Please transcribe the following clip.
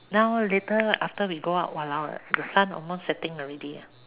now later after we go out !wahlao! the sun almost setting already ah